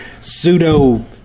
pseudo